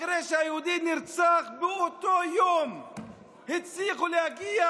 אחרי שיהודי נרצח, באותו יום הצליחו להגיע